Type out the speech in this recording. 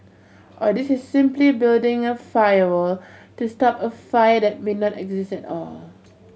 or this is simply building a firewall to stop a fire that may not exist at all